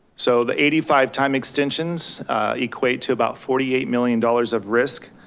so the eighty five time extensions equate to about forty eight million dollars of risk.